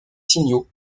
signaux